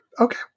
okay